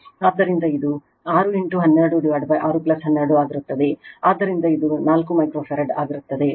ಆದ್ದರಿಂದ ಇದು 6 126 12 ಆಗಿರುತ್ತದೆ ಆದ್ದರಿಂದ ಇದು 4 ಮೈಕ್ರೋಫರಾಡ್ ಆಗಿರುತ್ತದೆ